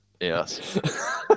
yes